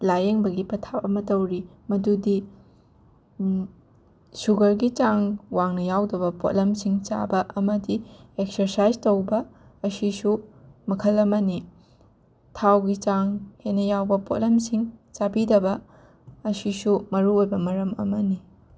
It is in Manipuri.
ꯂꯥꯌꯦꯡꯕꯒꯤ ꯄꯊꯥꯞ ꯑꯃ ꯇꯧꯔꯤ ꯃꯗꯨꯗꯤ ꯁꯨꯒꯔꯒꯤ ꯆꯥꯡ ꯋꯥꯡꯅ ꯌꯥꯎꯗꯕ ꯄꯣꯠꯂꯝꯁꯤꯡ ꯆꯥꯕ ꯑꯃꯗꯤ ꯑꯦꯛꯁꯔꯁꯥꯏꯁ ꯇꯧꯕ ꯑꯁꯤꯁꯨ ꯃꯈꯜ ꯑꯃꯅꯤ ꯊꯥꯎꯒꯤ ꯆꯥꯡ ꯍꯦꯟꯅ ꯌꯥꯎꯕ ꯄꯣꯠꯂꯝꯁꯤꯡ ꯆꯥꯕꯤꯗꯕ ꯑꯁꯤꯁꯨ ꯃꯔꯨ ꯑꯣꯏꯕ ꯃꯔꯝ ꯑꯃꯅꯤ